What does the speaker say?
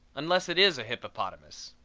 unless it is a hippopotamus.